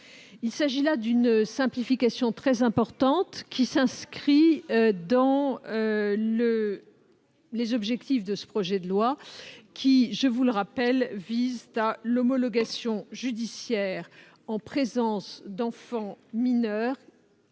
Il s'agit là d'une simplification très importante, qui s'inscrit dans les objectifs de ce projet de loi. L'homologation judiciaire en présence d'enfants mineurs